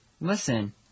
Listen